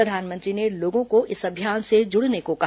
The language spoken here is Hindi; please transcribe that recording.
प्रधानमंत्री ने लोगों को इस अभियान से जुड़ने को कहा